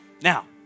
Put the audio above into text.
Now